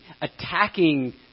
attacking